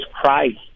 Christ